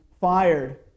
fired